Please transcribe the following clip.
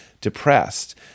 depressed